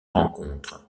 rencontres